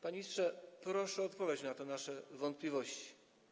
Panie ministrze, proszę o odpowiedź na te nasze wątpliwości.